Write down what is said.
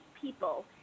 people